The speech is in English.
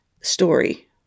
story